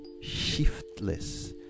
shiftless